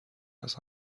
است